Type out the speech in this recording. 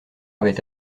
avait